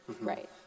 Right